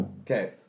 Okay